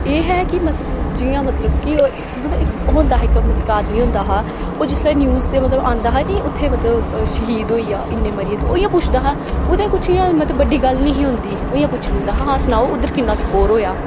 एह् है कि मतलब जियां मतलब कि इक मतलब होंदा हा इक कि आदमी होंदा हा ओह् जिसलै न्यूज दे मतलब आंदा हा नेईं उत्थै मतलब श्हीद होई गेआ इन्ने मरी गे तो ओह् इ'यां पुच्छदा हा ओहदे मतलब कुछ इ'यां बड़ी गल्ल नेईं ही होंदी ओह् इयां पुच्छी दिंदा हां सनाओ उद्धर किन्ना स्कोर होएआ